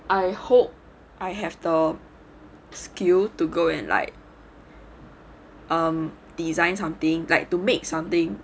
I hope I have the skill to go and like um deisgn something like to make something